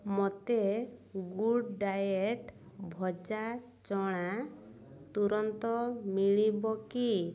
ମୋତେ good diet ଭଜା ଚଣା ତୁରନ୍ତ ମିଳିବ କି